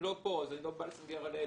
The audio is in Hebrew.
הם לא פה, אז אני לא בא לסנגר עליהם.